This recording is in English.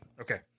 Okay